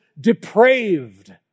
depraved